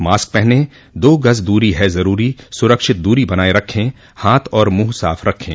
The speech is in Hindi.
मास्क पहनें दो गज़ दूरी है ज़रूरी सुरक्षित दूरी बनाए रखें हाथ और मुंह साफ़ रखें